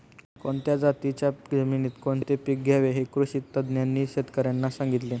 कोणत्या जातीच्या जमिनीत कोणते पीक घ्यावे हे कृषी तज्ज्ञांनी शेतकर्यांना सांगितले